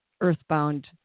earthbound